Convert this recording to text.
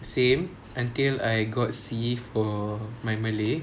same until I got C for my malay